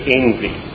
envy